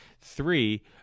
three